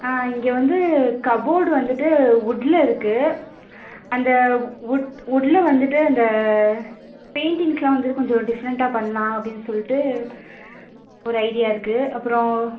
இங்கே வந்து கபோர்ட் வந்துட்டு உட்டில் இருக்குது அந்த உட் உட்டில் வந்துட்டு அந்த பெய்ண்ட்டிங்ஸ்லாம் வந்து கொஞ்சம் டிஃப்ரெண்ட்டாக பண்ணலாம் அப்படின் சொல்லிட்டு ஒரு ஐடியா இருக்குது அப்புறம்